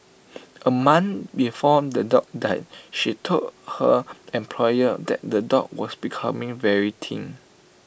A month before the dog died she told her employer that the dog was becoming very thin